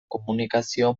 komunikazio